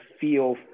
feel